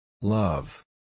Love